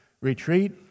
retreat